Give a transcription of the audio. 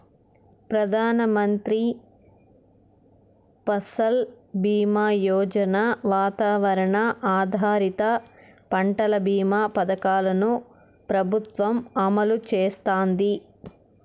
ప్రధాన మంత్రి ఫసల్ బీమా యోజన, వాతావరణ ఆధారిత పంటల భీమా పథకాలను ప్రభుత్వం అమలు చేస్తాంది